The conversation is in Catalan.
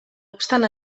obstant